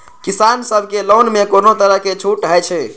किसान सब के लोन में कोनो तरह के छूट हे छे?